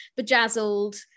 bejazzled